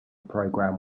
program